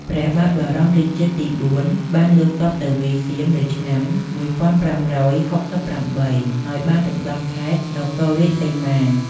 ព្រះបាទបរមរាជាទី៤ បានលើកទ័ពទៅវាយសៀមនៅឆ្នាំ ១៥៦៨ ហើយបានរំដោះខេត្តនគររាជសីមា។